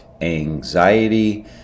anxiety